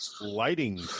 lighting